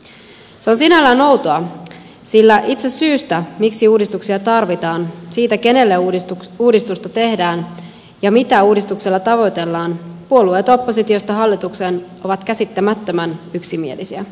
se on sinällään outoa sillä puolueet oppositiosta hallitukseen ovat käsittämättömän yksimielisiä siitä miksi uudistuksia tarvitaan siitä kenelle uudistusta tehdään ja mitä uudistuksella tavoitellaan puoluetta oppositiosta hallitukseen ovat käsittämättömän yksimielisiä